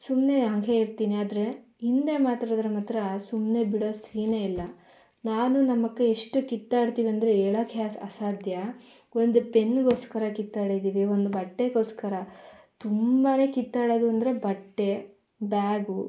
ಸುಮ್ಮನೆ ಹಾಗೆ ಇರ್ತೀನಿ ಆದರೆ ಹಿಂದೆ ಮಾತಾಡಿದರೆ ಮಾತ್ರ ಸುಮ್ಮನೆ ಬಿಡೋ ಸೀನೆ ಇಲ್ಲ ನಾನು ನಮ್ಮಕ್ಕ ಎಷ್ಟು ಕಿತ್ತಾಡ್ತೀವಂದ್ರೆ ಹೇಳೋಕ್ಕೆ ಅಸಾಧ್ಯ ಒಂದು ಪೆನ್ನಿಗೋಸ್ಕರ ಕಿತ್ತಾಡಿದ್ದೀವಿ ಒಂದು ಬಟ್ಟೆಗೋಸ್ಕರ ತುಂಬನೇ ಕಿತ್ತಾಡೋದೆಂದ್ರೆ ಬಟ್ಟೆ ಬ್ಯಾಗು